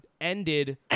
ended